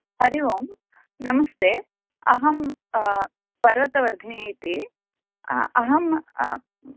हरिओं नमस्ते अहम् अ पर्वतवर्धिनी इति अहम्